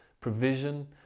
provision